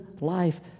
life